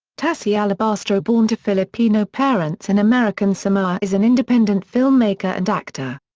tasi alabastro born to filipino parents in american samoa is an independent filmmaker and actor.